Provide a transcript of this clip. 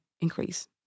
increase